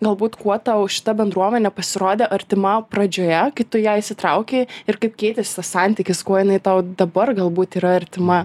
galbūt kuo tau šita bendruomenė pasirodė artima pradžioje kai tu į ją įsitraukei ir kaip keitėsi tas santykis kuo jinai tau dabar galbūt yra artima